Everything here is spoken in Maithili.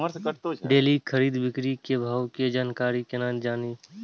डेली खरीद बिक्री के भाव के जानकारी केना जानी?